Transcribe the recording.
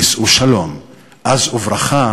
יישאו שלום אז, וברכה